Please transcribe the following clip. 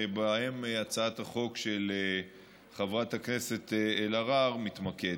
שבהם הצעת החוק של חברת הכנסת אלהרר מתמקדת.